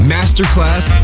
Masterclass